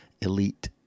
elite